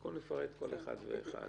במקום לפרט כל אחד ואחד.